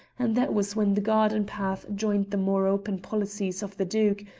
and that was when the garden path joined the more open policies of the duke,